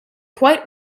quite